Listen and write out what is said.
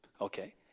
Okay